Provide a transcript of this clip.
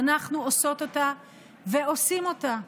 ואנחנו עושות אותה ועושים אותה,